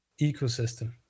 ecosystem